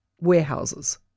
warehouses